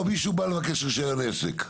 לא, מישהו בא לבקש רישיון עסק.